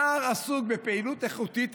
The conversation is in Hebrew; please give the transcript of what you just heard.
נער שעסוק בפעילות איכותית,